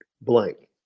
blank